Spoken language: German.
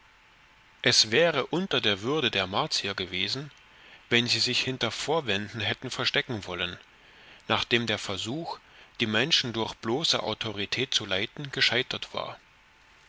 es wäre unter der würde der martier gewesen wenn sie sich hinter vorwänden hätten verstecken wollen nachdem der versuch die menschen durch bloße autorität zu leiten gescheitert war